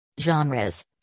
Genres